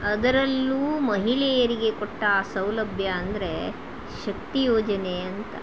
ಅದರಲ್ಲೂ ಮಹಿಳೆಯರಿಗೆ ಕೊಟ್ಟ ಆ ಸೌಲಭ್ಯ ಅಂದರೆ ಶಕ್ತಿ ಯೋಜನೆ ಅಂತ